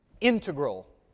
integral